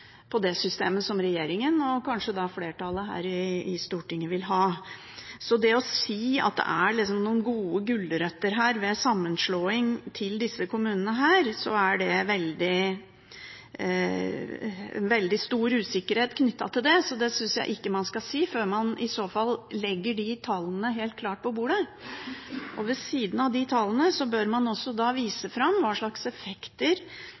på det systemet som regjeringen og kanskje flertallet her i Stortinget vil ha. Så når det gjelder det å si at det liksom er noen gode gulrøtter til disse kommunene ved sammenslåing, er det veldig stor usikkerhet knyttet til det. Så det synes jeg man ikke skal si før man i så fall legger de tallene helt klart på bordet. Ved siden av de tallene bør man også